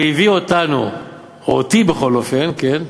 שהביא אותנו, או אותי בכל אופן, כן,